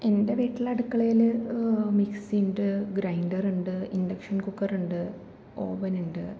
എൻറ്റ വീട്ടിലടുക്കളയിൽ മിക്സീണ്ട് ഗ്രൈൻഡറ്ണ്ട് ഇൻഡക്ഷൻ കുക്കറ്ണ്ട് ഓവന്ണ്ട്